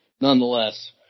nonetheless